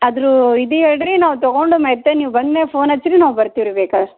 ಆದರು ಇದು ಹೇಳಿ ರೀ ನಾವು ತಗೊಂಡು ಮತ್ತೆ ನೀವು ಬಂದ ಮೇಲೆ ಫೋನ್ ಹಚ್ಚಿ ರೀ ನಾವು ಬರ್ತೀವಿ ರೀ ಬೇಕಾರೆ